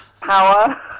power